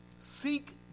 Seek